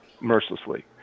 mercilessly